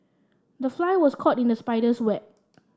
the fly was caught in the spider's web